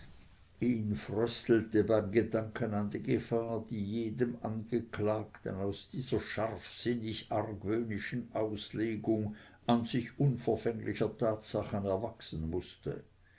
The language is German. ihn fröstelte beim gedanken an die gefahr die jedem angeklagten aus dieser scharfsinnig argwöhnischen auslegung an sich unverfänglicher tatsachen erwachsen mußte